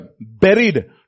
buried